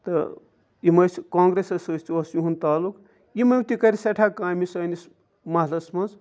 تہٕ یِم ٲسۍ کانٛگرٮ۪سَس سۭتۍ اوس یِہُنٛد تعلق یِمو تہِ کَرِ سٮ۪ٹھاہ کامہِ سٲنِس محلَس منٛز